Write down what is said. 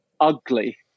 ugly